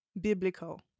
biblical